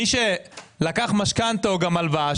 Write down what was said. מי שלקח משכנתה או הלוואה,